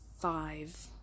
five